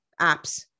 apps